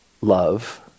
love